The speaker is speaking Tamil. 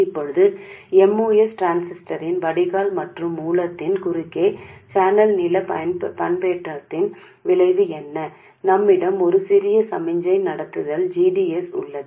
இப்போது MOS டிரான்சிஸ்டரின் வடிகால் மற்றும் மூலத்தின் குறுக்கே சேனல் நீள பண்பேற்றத்தின் விளைவு என்ன எங்களிடம் ஒரு சிறிய சமிக்ஞை நடத்துதல் g d s உள்ளது